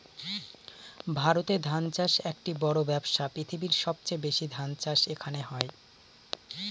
ভারতে ধান চাষ একটি বড়ো ব্যবসা, পৃথিবীর সবচেয়ে বেশি ধান চাষ এখানে হয়